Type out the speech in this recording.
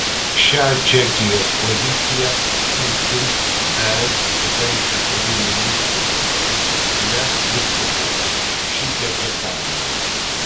šią čekijos poziciją jis gins es vidaus reikalų ministrų susitikime liuksemburge šį ketvirtadienį